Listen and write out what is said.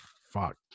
Fuck